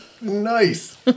Nice